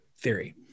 theory